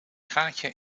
gaatje